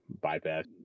bypass